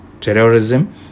terrorism